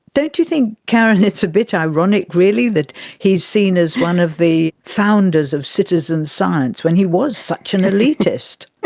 don't you think, caren, it's a bit ironic really that he is seen as one of the founders of citizen science when he was such an elitist?